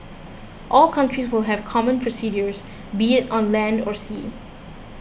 all countries will have common procedures be it on land or sea